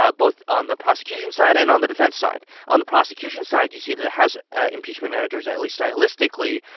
ah both on the prosecution side and on the defense side. on the prosecution side, you see the the house impeachment managers, at least, stylistically,